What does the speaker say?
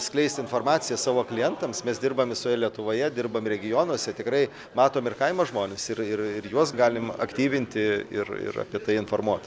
skleisti informaciją savo klientams mes dirbam visoje lietuvoje dirbam regionuose tikrai matom ir kaimo žmones ir ir juos galim aktyvinti ir ir apie tai informuot